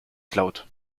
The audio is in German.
cloud